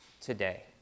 today